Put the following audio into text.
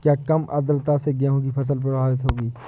क्या कम आर्द्रता से गेहूँ की फसल प्रभावित होगी?